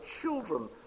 children